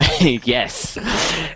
Yes